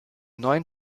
neun